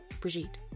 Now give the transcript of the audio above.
Brigitte